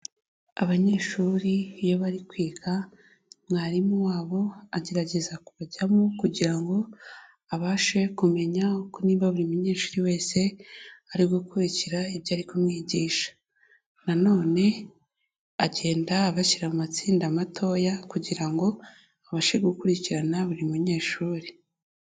Abanyeshuri iyo bari kwiga, mwarimu wabo agerageza kubajyamo, kugira ngo abashe kumenya niba buri munyeshuri wese ari gukurikira ibyo ari kumwigisha. Na none agenda abashyira mu amatsinda matoya, kugira ngo abashe gukurikirana buri munyeshuri.